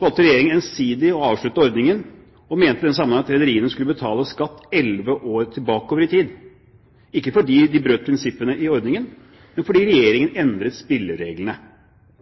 valgte Regjeringen ensidig å avslutte ordningen, og mente i den sammenheng at rederiene skulle betale skatt elleve år bakover i tid, ikke fordi de brøt prinsippene i ordningen, men fordi